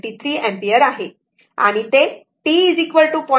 93 ampere आहे आणि ते t 0